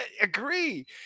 agree